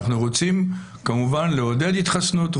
אנחנו רוצים כמובן לעודד התחסנות,